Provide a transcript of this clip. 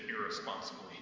irresponsibly